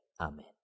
Amen